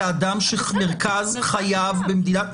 זה אדם שמרכז חייו במדינת ישראל.